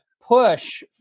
push